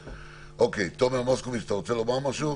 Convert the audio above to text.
תומר מוסקוביץ, אתה רוצה לומר משהו?